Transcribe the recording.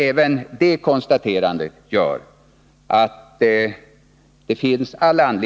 Även det konstaterandet gör att det finns all